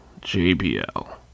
JBL